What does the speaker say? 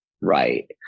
right